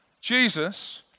Jesus